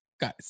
guys